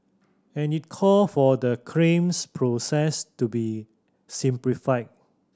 and it called for the claims process to be simplified